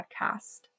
podcast